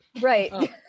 right